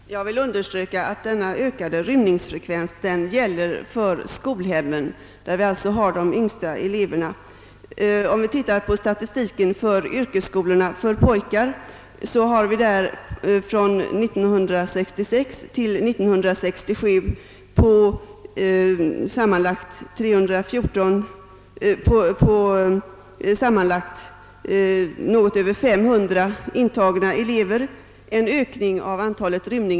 Herr talman! Jag vill understryka att den ökade rymningsfrekvensen gäller för skolhem där vi har de yngsta eleverna. Ser vi på statistiken för yrkesskolor för pojkar finner vi under året 1966—1967 en ökning av antalet rymningar med 5 för sammanlagt något över 500 intagna elever.